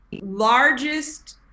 largest